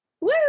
Woo